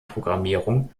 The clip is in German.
programmierung